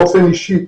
באופן אישי.